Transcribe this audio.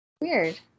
Weird